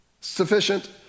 sufficient